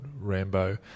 Rambo